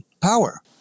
power